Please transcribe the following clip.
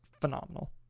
phenomenal